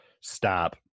stop